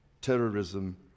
terrorism